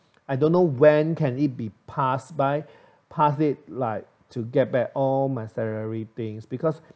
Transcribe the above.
I don't know when can it be passed by past it like to get back all my salary things because